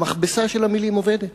המכבסה של המלים עובדת,